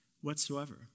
whatsoever